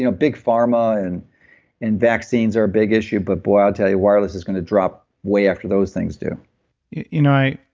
you know big pharma and and vaccines are a big issue but boy, i'll tell you, wireless is going to drop way after those things do you know